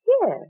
Yes